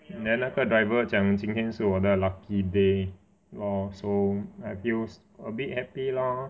then 那个 driver 讲今天是我的 lucky day lor so I feels a bit happy lor